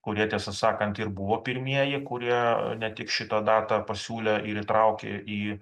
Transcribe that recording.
kurie tiesą sakant ir buvo pirmieji kurie ne tik šitą datą pasiūlė ir įtraukė į